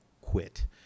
quit